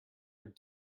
are